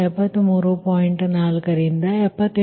4 ರಿಂದ 78